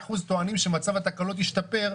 78% טוענים שמצב התקלות השתפר,